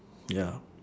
ya